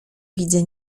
widzę